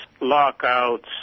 lockouts